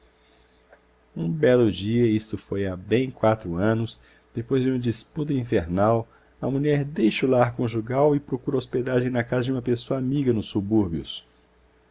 um belo dia isto foi há bem quatro anos depois de uma disputa infernal a mulher deixa o lar conjugal e procura hospedagem na casa de uma pessoa amiga nos subúrbios